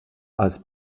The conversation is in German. als